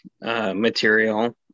material